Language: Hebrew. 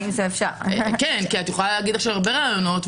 את יכולה להגיד עכשיו הרבה רעיונות,